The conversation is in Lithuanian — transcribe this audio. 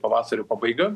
pavasario pabaiga